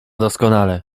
doskonale